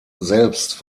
selbst